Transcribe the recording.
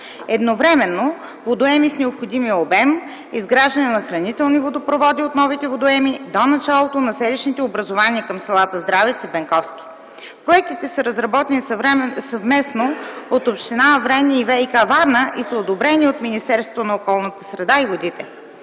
едновременно водоеми с необходимия обем, изграждане на хранителни водопроводи от новите водоеми до началото на селищните образувания към селата Здравец и Бенковски. Проектите са разработени съвместно от община Аврен и ВиК – Варна, и са одобрени от Министерство на околната среда и водите.